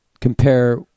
compare